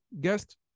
guest